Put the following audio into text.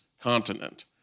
continent